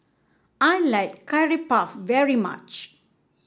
I like Curry Puff very much